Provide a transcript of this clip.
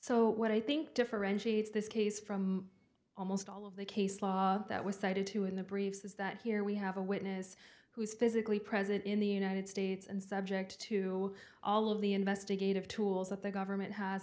so what i think differentiates this case from almost all of the case law that was cited to in the briefs is that here we have a witness who is physically present in the united states and subject to all of the investigative tools that the government has